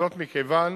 וזאת מכיוון